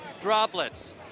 droplets